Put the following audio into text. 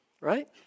Right